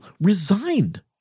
resigned